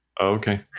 okay